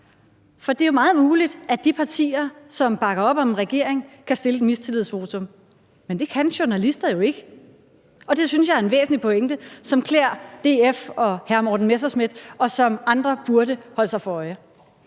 For det er meget muligt, at de partier, som bakker op om en regering, kan stille et mistillidsvotum, men det kan journalister jo ikke. Og det synes jeg er en væsentlig pointe, som klæder DF og hr. Morten Messerschmidt, og som andre burde holde sig for øje.